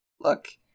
Look